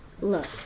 Look